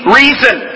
reason